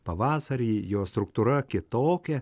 pavasarį jo struktūra kitokia